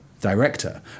director